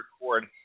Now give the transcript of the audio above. record